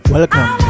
Welcome